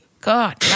God